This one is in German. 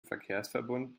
verkehrsverbund